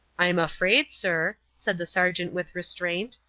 i'm afraid, sir, said the sergeant with restraint,